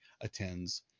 attends